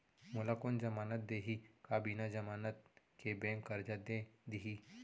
मोला कोन जमानत देहि का बिना जमानत के बैंक करजा दे दिही?